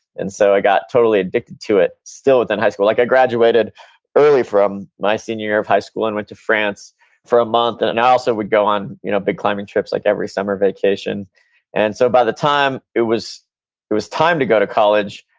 and so i got totally addicted to it still within high school. like i graduated early from from my senior year of high school and went to france for a month. and and i also would go on you know big climbing trips, at like every summer vacation and so by the time it was it was time to go to college,